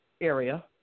area